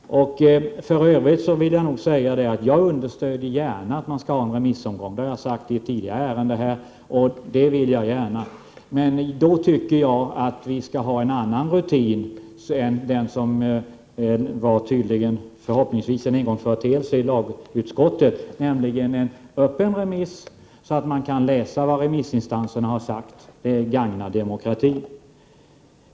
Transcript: För övrigt stöder jag gärna tanken på en remissomgång. Det har jag sagt också i ett tidigare ärende. Men då tycker jag att vi skall ha en annan rutin än den som man vid ett tidigare tillfälle — förhoppningsvis som en engångsföreteelse — tillämpade i lagutskottet; jag tycker att vi skall ha en öppen remiss, så att man kan läsa vad remissinstanserna har sagt. Det gagnar demokratin.